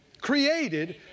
created